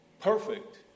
Perfect